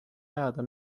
ajada